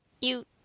You